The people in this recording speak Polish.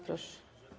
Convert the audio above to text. Proszę.